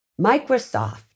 Microsoft